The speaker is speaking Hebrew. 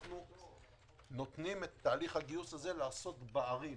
אנחנו נותנים את תהליך הגיוס הזה לעשות בערים,